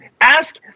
Ask